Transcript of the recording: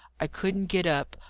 i couldn't get up,